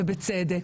ובצדק,